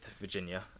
Virginia